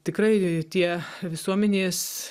tikrai tie visuomenės